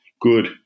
good